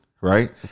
right